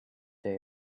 day